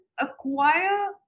acquire